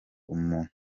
umuntu